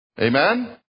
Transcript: Amen